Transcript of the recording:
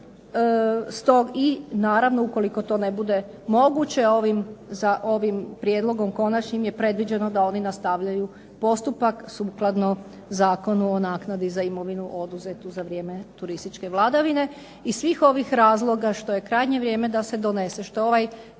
i naravno ukoliko to ne bude moguće ovim prijedlogom Konačnim da oni nastavljaju postupak sukladno Zakonu o naknadi za imovinu oduzetu za vrijeme ... vladavine, iz svih ovih razloga što je krajnje vrijeme da se donese,